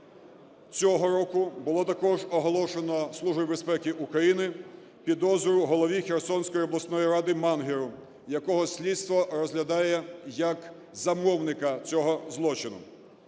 цього року було також оголошено Службою безпеки України підозру голові Херсонської обласної радиМангеру, якого слідство розглядає як замовника цього злочину.